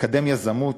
לקדם יזמות,